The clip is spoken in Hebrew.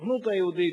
הסוכנות היהודית,